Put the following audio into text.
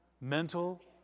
mental